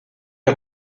est